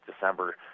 December